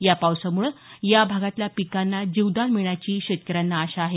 या पावसामुळे या भागातल्या पिकांना जीवदान मिळण्याची शेतकऱ्यांना आशा आहे